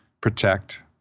protect